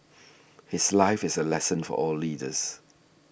his life is a lesson for all leaders